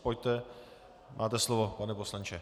Pojďte, máte slovo, pane poslanče.